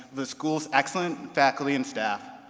the school's excellent faculty and staff,